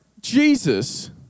Jesus